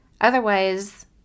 Otherwise